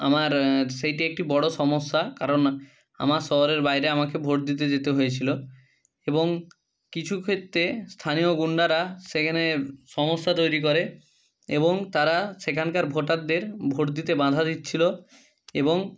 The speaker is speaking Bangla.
আমার সেইটি একটি বড়ো সমস্যা কারণ আমার শহরের বাইরে আমাকে ভোট দিতে যেতে হয়েছিলো এবং কিছু ক্ষেত্রে স্থানীয় গুন্ডারা সেখানে সমস্যা তৈরি করে এবং তারা সেখানকার ভোটারদের ভোট দিতে বাঁধা দিচ্ছিলো এবং